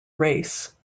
race